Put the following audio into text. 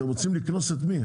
אתם רוצים לקנוס את מי ?